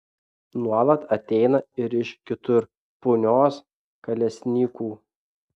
nuolat ateina ir iš kitur punios kalesnykų